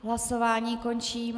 Hlasování končím.